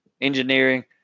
engineering